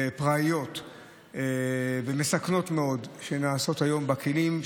פראיות ומסכנות מאוד שנעשות היום בכלים,